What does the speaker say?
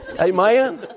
Amen